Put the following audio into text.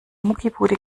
muckibude